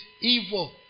evil